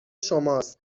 شماست